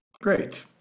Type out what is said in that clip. Great